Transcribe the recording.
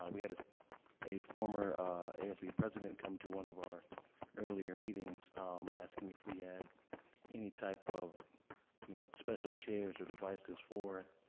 we had ah a former asv president come to one of our earlier meetings asking if we had any type of you know special chairs or devices for